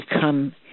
come